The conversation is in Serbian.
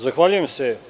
Zahvaljujem se.